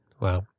Wow